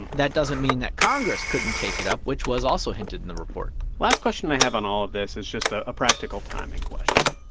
that doesn't mean that congress couldn't take it up, which was also hinted in the report last question i have on all of this is just a practical timing question.